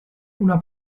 una